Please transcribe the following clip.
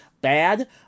bad